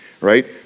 Right